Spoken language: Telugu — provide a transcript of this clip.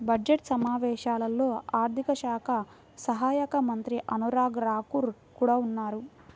బడ్జెట్ సమావేశాల్లో ఆర్థిక శాఖ సహాయక మంత్రి అనురాగ్ ఠాకూర్ కూడా ఉన్నారు